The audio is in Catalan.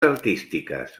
artístiques